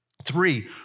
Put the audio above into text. three